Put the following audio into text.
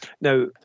Now